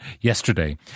yesterday